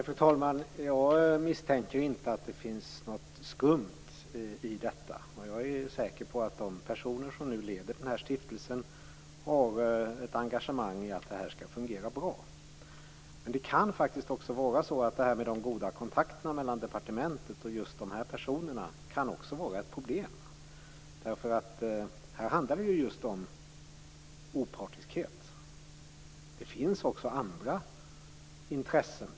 Fru talman! Nej, jag misstänker inte att det finns något skumt i detta. Jag är säker på att de personer som nu leder den här stiftelsen är engagerade i att det här skall fungera bra. Men de goda kontakterna mellan departementet och de här personerna kan också vara ett problem, därför att det här handlar om just opartiskhet. Det finns också andra intressen.